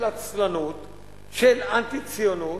של עצלנות, של אנטי-ציונות.